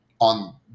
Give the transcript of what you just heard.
on